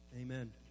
Amen